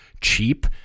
Cheap